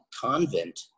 convent